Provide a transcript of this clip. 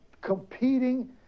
competing